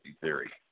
theory